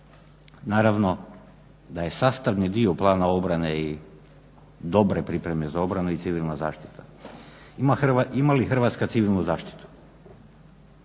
Naravno da je sastavni dio plana obrane i dobre pripreme za obranu je civilna zaštita. Ima li Hrvatska civilnu zaštitu?